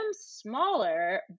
smaller